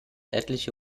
etliche